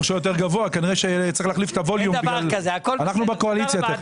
תודה רבה.